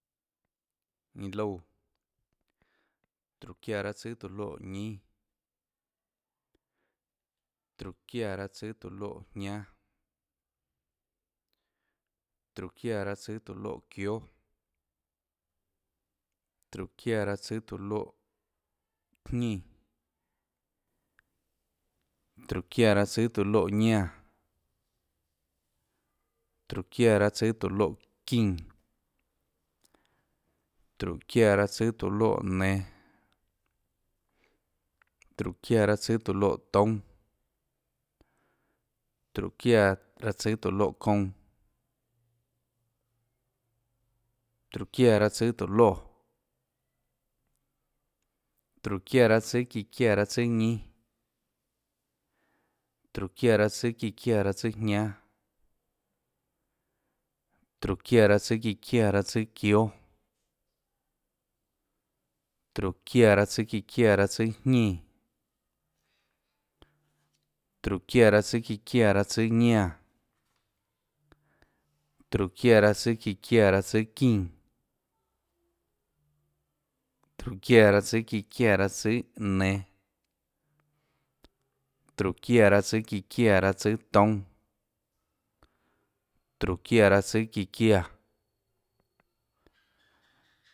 Iã loúã. tróhå çiáã tsùâ tóå loè ñínâ, tróhå çiáã tsùâ tóå loè jñánâ, tróhå çiáã tsùâ tóå loè çióâ, tróhå çiáã tsùâ tóå loè jñínã, tróhå çiáã tsùâ tóå loè ñánã, tróhå çiáã tsùâ tóå loè çínã, tróhå çiáã tsùâ tóå loè nenå, tróhå çiáã tsùâ tóå loè toúnâ, tróhå çiáã tsùâ tóå loè kounã, tróhå çiáã tsùà tóhå loè, tróhå çiáã tsùâ çíã çiáã raâ tsùâ ñínâ, tróhå çiáã tsùâ çíã çiáã raâ tsùâjñánâ, tróhå çiáã tsùâ çíã çiáã raâ tsùâ çióâ, tróhå çiáã tsùâ çíã çiáã raâ tsùâ jñínã, tróhå çiáã tsùâ çíã çiáã raâ tsùâ ñánã, tróhå çiáã tsùâ çíã çiáã raâ tsùâ çínã, tróhå çiáã tsùâ çíã çiáã raâ tsùâ nenå, tróhå çiáã tsùâ çíã çiáã raâ tsùâ toúnâ, tróhå çiáã tsùâ çíã çiáã.